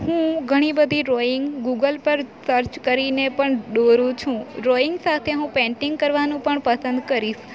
હું ઘણી બધી ડ્રોઈંગ ગૂગલ પર સર્ચ કરીને પણ દોરું છું ડ્રોઈંગ સાથે હું પેન્ટિંગ કરવાનું પણ પસંદ કરીશ